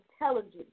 intelligence